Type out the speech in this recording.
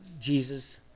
Jesus